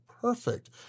perfect